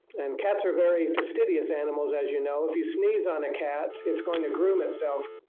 and cats are very fastidious animals, as you know, if you sneeze on a cat it's going to groom itself